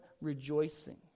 rejoicing